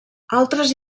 altres